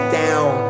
down